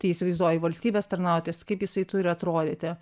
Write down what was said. tai įsivaizduoji valstybės tarnautojas kaip jisai turi atrodyti